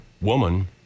woman